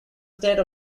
state